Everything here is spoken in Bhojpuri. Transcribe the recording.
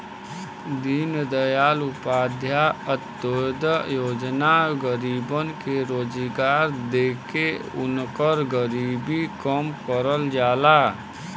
दीनदयाल उपाध्याय अंत्योदय योजना में गरीबन के रोजगार देके उनकर गरीबी कम करल जाला